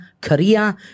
Korea